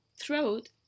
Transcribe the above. throat